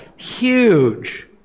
huge